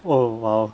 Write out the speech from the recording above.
oh !wow!